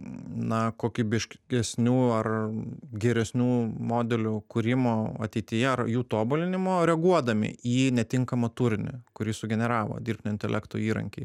na kokybiškesnių ar geresnių modelių kūrimo ateityje ar jų tobulinimo reaguodami į netinkamą turinį kurį sugeneravo dirbtinio intelekto įrankiai